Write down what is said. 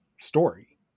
story